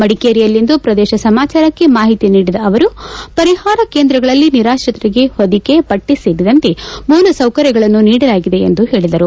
ಮಡಿಕೇರಿಯಲ್ಲಿಂದು ಪ್ರದೇಶ ಸಮಾಜಾರಕ್ಷೆ ಮಾಹಿತಿ ನೀಡಿದ ಅವರು ಪರಿಹಾರ ಕೇಂದ್ರಗಳಲ್ಲಿ ನಿರಾತ್ರಿತರಿಗೆ ಹೊದಿಕೆ ಬಟ್ಟೆ ಸೇರಿದಂತೆ ಮೂಲಸೌಕರ್ಯಗಳನ್ನು ನೀಡಲಾಗಿದೆ ಎಂದು ಹೇಳಿದರು